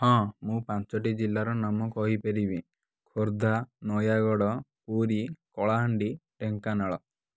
ହଁ ମୁଁ ପାଞ୍ଚଟି ଜିଲ୍ଲାର ନାମ କହିପାରିବି ଖୋର୍ଦ୍ଧା ନୟାଗଡ଼ ପୁରୀ କଳାହାଣ୍ଡି ଢେଙ୍କାନାଳ